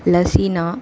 லஸீனா